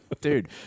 dude